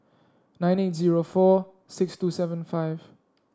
nine eight zero four six two seven five